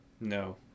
No